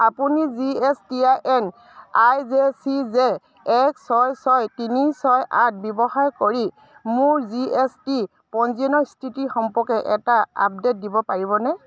আপুনি G S T I N I J C J এক ছয় ছয় তিনি ছয় আঠ ব্যৱহাৰ কৰি মোৰ জি এছ টি পঞ্জীয়নৰ স্থিতি সম্পৰ্কে এটা আপডেট দিব পাৰিবনে